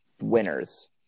winners